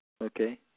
Okay